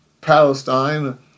Palestine